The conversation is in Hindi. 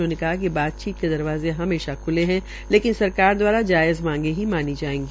उन्होंने कहा कि बातचीत के दरवाजे हमेशा खुले है लेकिन सरकार द्वारा जायज़ मांगे ही मानी जायेगी